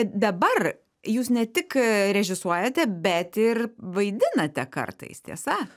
dabar jūs ne tik režisuojate bet ir vaidinate kartais tiesa